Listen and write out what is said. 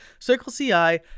CircleCI